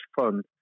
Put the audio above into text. fun